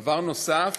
דבר נוסף,